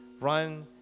run